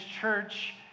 church